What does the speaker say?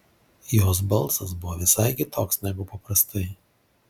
jos balsas buvo visai kitoks negu paprastai